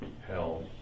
hell